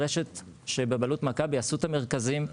ברשת שבבעלות מכבי עשו את המרכזים,